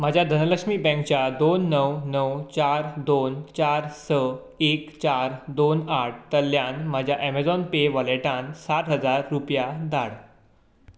म्हज्या धनलक्ष्मी बँकच्या दोन णव णव चार दोन चार स एक चार दोन आठ तल्यांन म्हज्या अमेझॉन पे वॉलेटांत सात हजार रुपया धाड